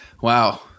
Wow